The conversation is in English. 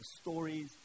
stories